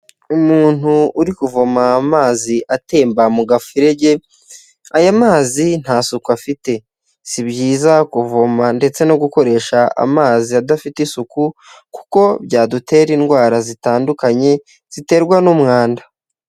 Umuntu uri kuvoma amazi atemba mu gaferege aya mazi nta suku afite si byiza kuvoma ndetse no gukoresha amazi adafite isuku kuko byadutera indwara zitandukanye ziterwa n'umwanda.